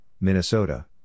Minnesota